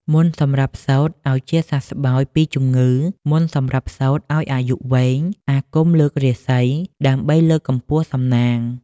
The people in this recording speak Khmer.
មន្តសម្រាប់សូត្រឱ្យជាសះស្បើយពីជំងឺ មន្តសម្រាប់សូត្រឱ្យអាយុវែង អាគមលើករាសី ដើម្បីលើកកម្ពស់សំណាង។